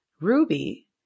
Ruby